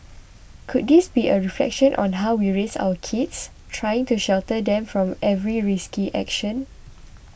could this be a reflection on how we raise our kids trying to shelter them from every risky action